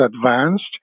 advanced